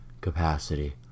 capacity